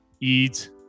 eat